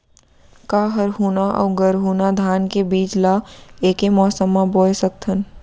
का हरहुना अऊ गरहुना धान के बीज ला ऐके मौसम मा बोए सकथन?